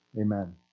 Amen